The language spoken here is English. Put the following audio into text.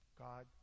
God